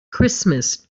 christmas